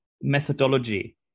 methodology